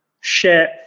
share